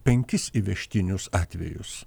penkis įvežtinius atvejus